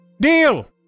Deal